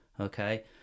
okay